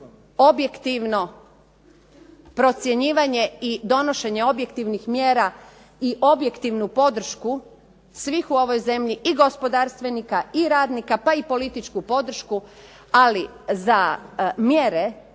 objektivno procjenjivanje i donošenje objektivnih mjera i objektivnu podršku svih u ovoj zemlji i gospodarstvenika i radnika, pa i političku podršku. Ali za mjere